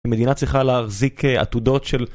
המדינה צריכה להחזיק עתודות של...